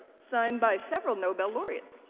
signed by several nobel laureates.